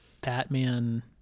Batman